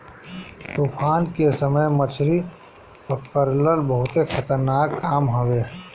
तूफान के समय मछरी पकड़ल बहुते खतरनाक काम हवे